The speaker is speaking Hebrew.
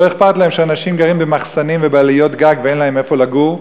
ולא אכפת להם שאנשים גרים במחסנים ובעליות גג ואין להם איפה לגור.